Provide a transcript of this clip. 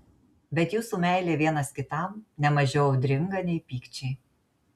bet jūsų meilė vienas kitam ne mažiau audringa nei pykčiai